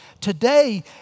Today